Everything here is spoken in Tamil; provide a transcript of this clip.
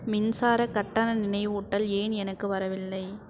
மின்சார கட்டண நினைவூட்டல் ஏன் எனக்கு வரவில்லை